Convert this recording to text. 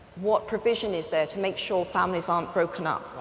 what provision is there to make sure families aren't broken up?